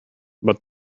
but